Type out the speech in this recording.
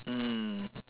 mm